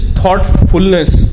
thoughtfulness